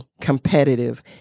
competitive